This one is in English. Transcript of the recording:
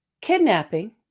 kidnapping